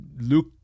Luke